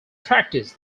practice